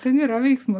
ten yra veiksmo